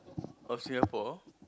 of Singapore